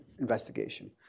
investigation